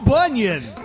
Bunyan